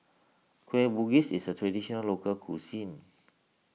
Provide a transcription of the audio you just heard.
Kueh Bugis is a Traditional Local Cuisine